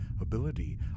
ability